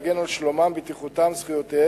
הקובע כי יש להגן על שלומם, בטיחותם, זכויותיהם